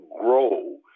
grow